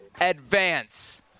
advance